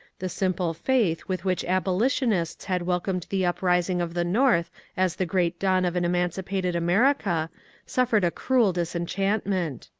the simple faith with which abolitionists had welcomed the uprising of the north as the great dawn of an emancipated america suffered a cruel dis enchantment.